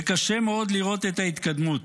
וקשה מאוד לראות את ההתקדמות.